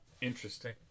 Interesting